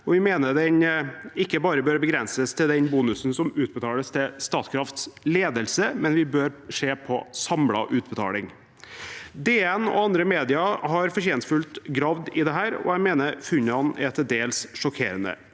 vi mener den ikke bare bør begrenses til den bonusen som utbetales til Statkrafts ledelse; vi bør se på den samlede utbetalingen. Dagens Næringsliv og andre medier har fortjenstfullt gravd i dette, og jeg mener funnene er til dels sjokkerende.